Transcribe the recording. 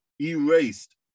erased